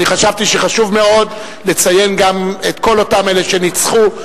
אני חשבתי שחשוב מאוד לציין גם את כל אותם אלה שניצחו,